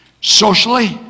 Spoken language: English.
Socially